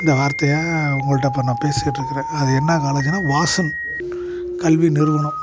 இந்த வார்த்தையை உங்கள்கிட்ட இப்போ நான் பேசிகிட்டு இருக்கிறேன் அது என்ன காலேஜ்னால் வாசன் கல்வி நிறுவனம்